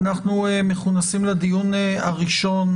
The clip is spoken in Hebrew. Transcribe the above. אנו מכונסים לדיון הראשון